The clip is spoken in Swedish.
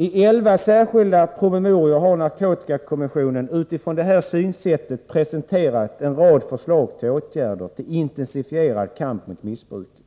I elva särskilda promemorior har narkotikakommissionen utifrån detta synsätt presenterat en rad förslag till åtgärder för en intensifierad kamp mot missbruket.